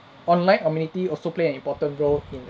online anonymity also play an important role in the